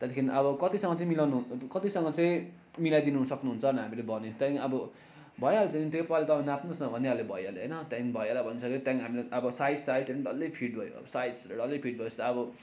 त्यहाँदेखि अब कतिसम्म चाहिँ मिलाउनु कतिसम्म चाहिँ मिलाइदिनु सक्नुहुन्छ भनेर हामीले भन्यो त्यहाँदेखि अब भइहाल्छ नि त्यो पहिला तपाईँले नाप्नुहोस् न भनिहाल्यो भैयाले होइन त्यहाँदेखि भैयाले भनिसकेर त्यहाँदेखि अब साइज साइज डल्लै फिट भयो अब साइज डल्लै फिट भइसकेछि त अब